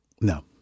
No